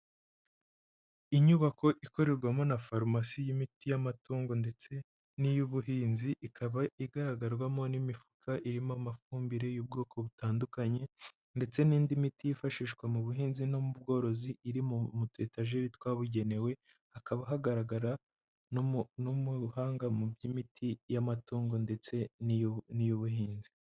Inyubako ikorerwamo na farumasi y'imiti y'amatungo ndetse n'iy'ubuhinzi, ikaba igaragarwamo n'imifuka irimo amafumbire y'ubwoko butandukanye ndetse n'indi miti yifashishwa mu buhinzi no mu bworozi iri mu tu etajeri twabugenewe, hakaba hagaragara n'umuhanga mu by'imiti y'amatungo ndetse n'iy'ubuhinzi.